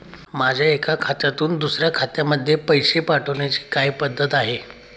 माझ्या एका खात्यातून दुसऱ्या खात्यामध्ये पैसे पाठवण्याची काय पद्धत आहे?